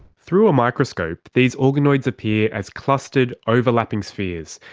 through a microscope, these organoids appear as clustered overlapping spheres.